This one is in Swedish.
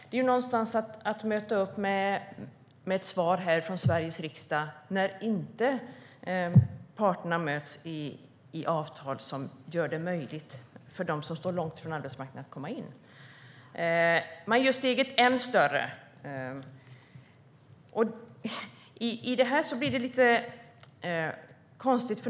Det är någonstans att möta upp med ett svar här från Sveriges riksdag när parterna inte möts i avtal som gör det möjligt för dem som står långt från arbetsmarknaden att komma in. Man gör steget än större. Det blir lite konstigt.